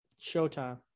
Showtime